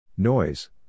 Noise